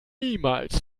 niemals